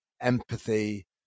empathy